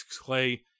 Clay